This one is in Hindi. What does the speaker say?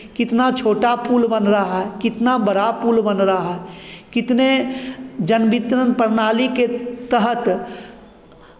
कितना छोटा पुल बन रहा है कितना बड़ा पुल बन रहा है कितने जन वितरण प्रणाली के तहत